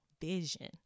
vision